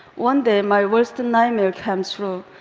one day, my worst and nightmare came true,